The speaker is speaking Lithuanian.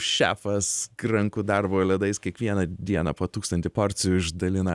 šefas rankų darbo ledais kiekvieną dieną po tūkstantį porcijų išdalina